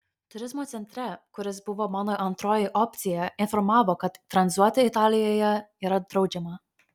turizmo centre kuris buvo mano antroji opcija informavo kad tranzuoti italijoje yra draudžiama